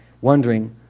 wondering